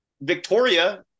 Victoria